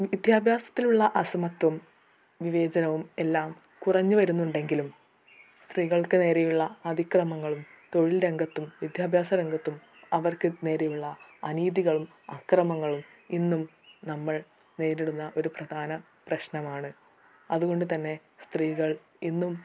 വിദ്യാഭ്യസത്തിലുള്ള അസമത്വം വിവേചനവും എല്ലാം കുറഞ്ഞ് വരുന്നുണ്ടെങ്കിലും സ്ത്രീകൾക്ക് നേരെയുള്ള അതിക്രമങ്ങളും തൊഴിൽ രംഗത്തും വിദ്യാഭ്യാസ രംഗത്തും അവർക്ക് നേരെയുള്ള അനീതികളും അക്രമങ്ങളും ഇന്നും നമ്മൾ നേരിടുന്ന ഒരു പ്രധാന പ്രശ്നമാണ് അതുകൊണ്ട് തന്നെ സ്ത്രീകൾ ഇന്നും